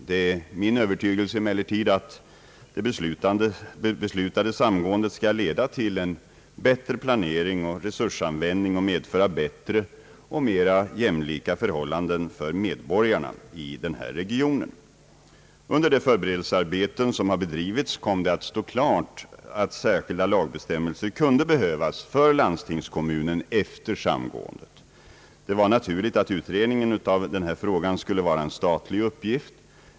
Det är min övertygelse att det beslutade samgåendet skall leda till en bättre planering och resursanvändning och medföra bättre och mer jämlika förhållanden för medborgarna i denna region. Under de förberedelsearbeten som har bedrivits kom det att stå klart att särskilda lagbestämmelser kunde behövas för landstingskommunen efter samgåendet. Det var naturligt att utredningen av denna fråga skulle vara en statlig uppgift.